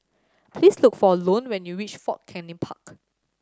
please look for Lone when you reach Fort Canning Park